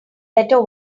better